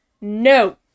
No